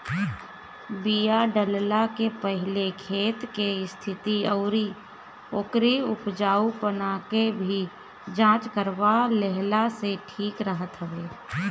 बिया डालला के पहिले खेत के स्थिति अउरी ओकरी उपजाऊपना के भी जांच करवा लेहला से ठीक रहत हवे